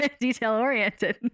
detail-oriented